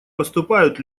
поступают